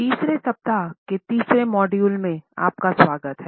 तीसरे सप्ताह के तीसरे मॉड्यूल में आपका स्वागत हैं